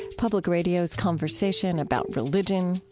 public radio's conversation about religion,